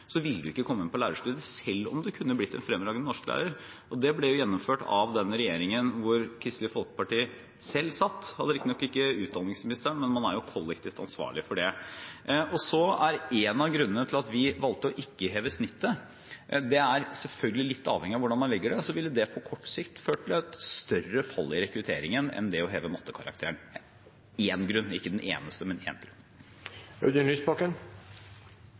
ikke kommet inn på lærerstudiet, selv om man kunne blitt en fremragende norsklærer. Og dette ble jo gjennomført av den regjeringen hvor Kristelig Folkeparti selv satt. De hadde riktignok ikke utdanningsministeren, men man er jo kollektivt ansvarlig for det. En av grunnene til at vi valgte ikke å heve snittet – det er selvfølgelig litt avhengig av hvordan man legger det – er at det på kort sikt ville ført til et større fall i rekrutteringen enn det å heve mattekarakteren. Det er én grunn – ikke den eneste, men det er én grunn.